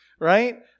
Right